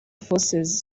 forces